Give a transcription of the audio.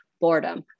boredom